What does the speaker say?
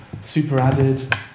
super-added